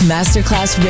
Masterclass